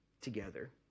together